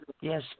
yes